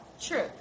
True